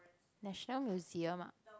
National Museum ah